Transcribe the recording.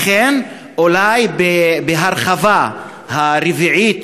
לכן אולי בהרחבה הרביעית,